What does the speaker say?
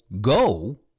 go